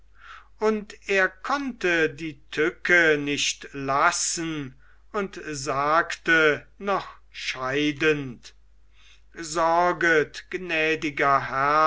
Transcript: und er konnte die tücke nicht lassen und sagte noch scheidend sorget